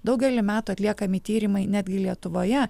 daugelį metų atliekami tyrimai netgi lietuvoje